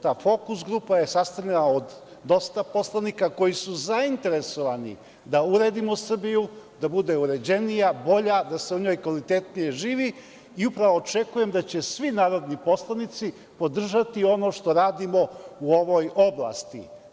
Ta fokus grupa je sastavljena od dosta poslanika koji su zainteresovani da uredimo Srbiju, da bude uređenija, bolja, da se u njoj kvalitetnije živi i upravo očekujem da će svi narodni poslanici podržati ono što radimo u ovoj oblasti.